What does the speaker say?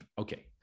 okay